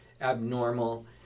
abnormal